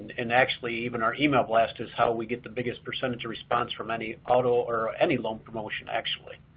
and actually, even our email blast is how we get the biggest percentage response from any auto or any loan promotion, actually.